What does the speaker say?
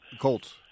Colts